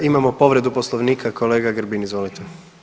Imamo povredu Poslovnika, kolega Grbin izvolite.